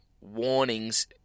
warnings